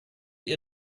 ihr